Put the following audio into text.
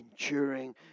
enduring